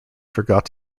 forgot